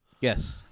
Yes